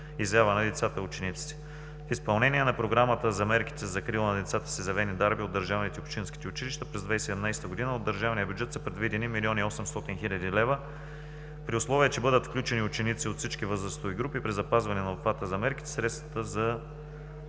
изява на децата и учениците. В изпълнение на Програмата на мерките за закрила на децата с изявени дарби от държавните и общинските училища през 2017 г. от държавния бюджет са предвидени 1 млн. 800 хил. лв., при условие че бъдат включени ученици от всички възрастови групи при запазване на обхвата за мерките. Средствата,